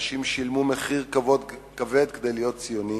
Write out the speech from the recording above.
אנשים שילמו מחיר כבד כדי להיות ציונים,